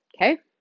okay